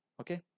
Okay